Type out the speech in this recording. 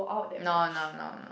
no no no no